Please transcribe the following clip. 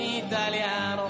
italiano